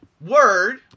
Word